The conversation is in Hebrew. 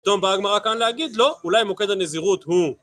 פתאום באה הגמרא כאן להגיד לא? אולי מוקד הנזירות הוא.